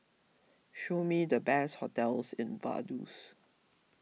show me the best hotels in Vaduz